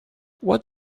what